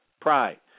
pride